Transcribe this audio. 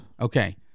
Okay